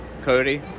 Cody